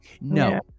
No